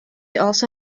also